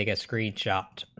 discrete shops